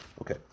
Okay